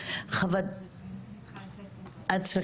עצם ההכללה